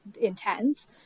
intense